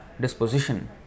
disposition